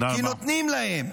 כי נותנים להם,